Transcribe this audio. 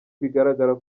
bigaragara